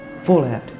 Fallout